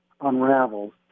unravels